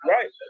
Right